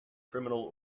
criminal